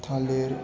थालिर